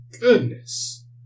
goodness